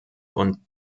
und